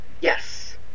Yes